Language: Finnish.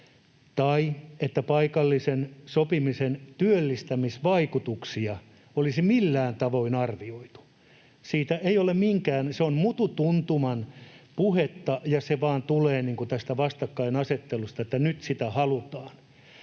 tai paikallisen sopimisen työllistämisvaikutuksia olisi millään tavoin arvioitu. Se on mutu-tuntuman puhetta, ja se vain tulee niin kuin tästä vastakkainasettelusta, että nyt sitä halutaan.